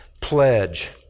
pledge